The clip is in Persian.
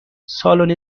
سالن